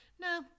no